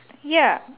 ya